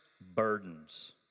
burdens